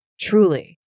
truly